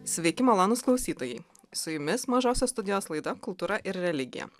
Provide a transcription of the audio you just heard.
sveiki malonūs klausytojai su jumis mažosios studijos laida kultūra ir religija